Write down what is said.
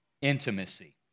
intimacy